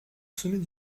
sommet